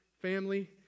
family